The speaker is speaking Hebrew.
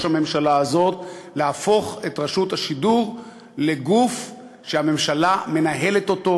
הממשלה הזאת להפוך את רשות השידור לגוף שהממשלה מנהלת אותו,